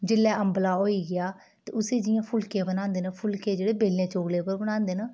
जेल्लै अम्बला होई गेआ ते उसी जियां फुलके बनांदे न फुलके जेह्ड़े बेलने चकले उप्पर बनांदे न